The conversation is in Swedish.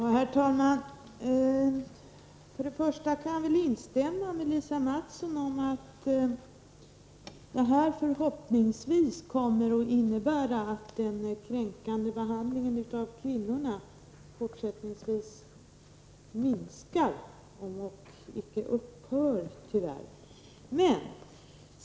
Herr talman! Till att börja med kan jag instämma med Lisa Mattson i förhoppningen att de föreslagna åtgärderna kommer att innebära att den kränkande behandlingen av kvinnor minskar, om än icke upphör.